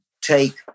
take